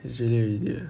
he's really an idiot